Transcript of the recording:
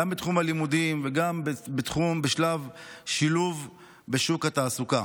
גם בתחום הלימודים וגם בשילובם בשוק התעסוקה.